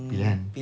pilihan